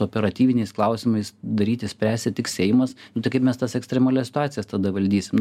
operatyviniais klausimais daryti spręsti tik seimas nu tai kaip mes tas ekstremalias situacijas tada valdysim